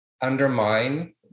undermine